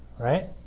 right.